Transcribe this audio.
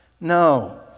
No